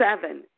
Seven